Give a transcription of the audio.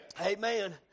Amen